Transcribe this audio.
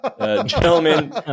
Gentlemen